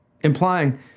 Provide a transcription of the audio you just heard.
implying